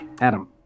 Adam